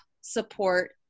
support